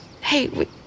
hey